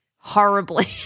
Horribly